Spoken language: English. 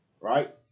right